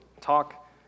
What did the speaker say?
talk